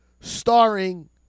starring